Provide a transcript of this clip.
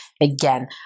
again